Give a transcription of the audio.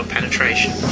penetration